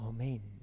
Amen